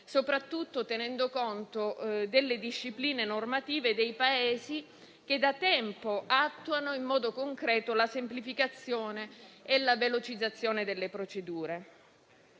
soprattutto tenendo conto delle discipline normative dei Paesi che da tempo attuano in modo concreto la semplificazione e la velocizzazione delle procedure.